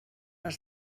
els